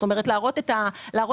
כלומר, להראות את הפערים.